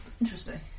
Interesting